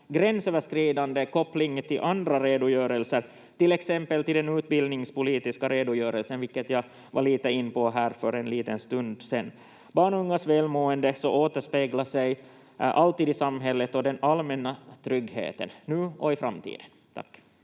gränsöverskridande koppling till andra redogörelser, till exempel till den utbildningspolitiska redogörelsen, vilket jag var lite inne på här för en liten stund sedan. Barns och ungas välmående återspeglar sig alltid i samhället och den allmänna tryggheten, nu och i framtiden. — Tack.